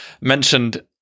mentioned